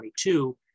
2022